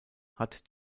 hat